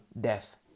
death